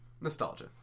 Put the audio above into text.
Nostalgia